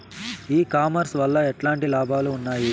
ఈ కామర్స్ వల్ల ఎట్లాంటి లాభాలు ఉన్నాయి?